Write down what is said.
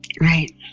Right